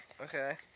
Okay